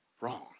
wrong